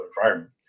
environment